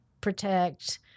protect